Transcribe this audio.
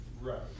Right